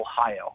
Ohio